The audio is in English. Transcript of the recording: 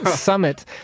summit